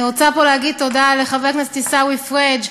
אני רוצה פה להגיד תודה לחברי הכנסת עיסאווי פריג'